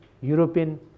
European